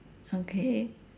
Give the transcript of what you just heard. okay